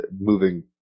moving